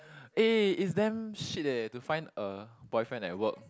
eh it's damn shit eh to find a boyfriend at work